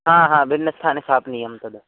ह ह भिन्नस्थाने स्थापनीयं तद्